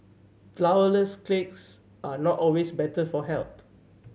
flourless cakes are not always better for health